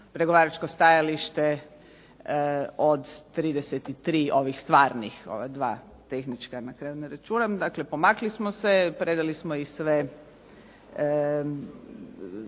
pregovaračko stajalište od 33 ovih stvarnih, ova dva tehnička na kraju ne računam. Dakle, pomakli smo se. Predali smo i sve